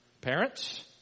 parents